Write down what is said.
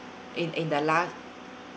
in in the lan~